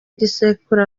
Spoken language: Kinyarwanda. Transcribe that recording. igisekuru